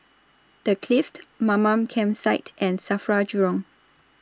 The Clift Mamam Campsite and SAFRA Jurong